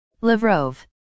Lavrov